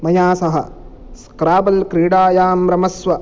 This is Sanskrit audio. मया सह स्क्राबल् क्रीडायां रमस्व